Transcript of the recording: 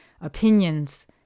opinions